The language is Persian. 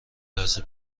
لحظه